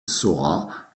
saura